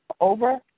over